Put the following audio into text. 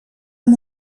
amb